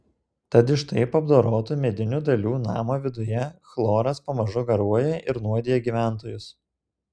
tad iš taip apdorotų medinių dalių namo viduje chloras pamažu garuoja ir nuodija gyventojus